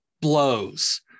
blows